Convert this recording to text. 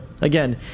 again